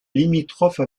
limitrophe